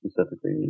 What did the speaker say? specifically